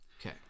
Okay